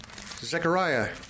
Zechariah